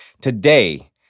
Today